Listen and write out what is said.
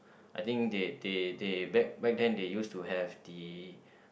I think they they they back back then they used to have the